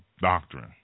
doctrine